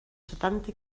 setanta